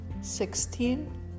sixteen